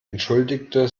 entschuldigte